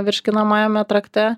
virškinamajame trakte